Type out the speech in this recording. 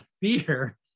fear